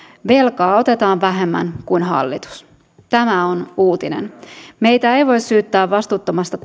velkaa otetaan vähemmän kuin hallitus ottaisi tämä on uutinen meitä ei voi syyttää vastuuttomasta